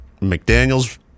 McDaniels